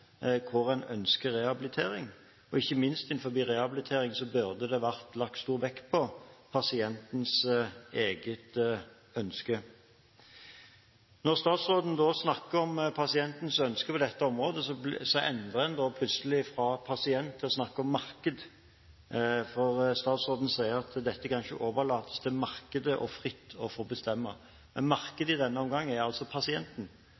hvor de ønsker rehabilitering, og ikke minst innen rehabilitering burde det legges stor vekt på pasientens eget ønske. Når statsråden snakker om pasientens ønske på dette området, endrer man plutselig ordbruken fra å snakke om pasient til å snakke om marked. Statsråden sier at dette ikke kan overlates til markedet fritt å få bestemme. Men markedet i denne omgang er altså pasienten.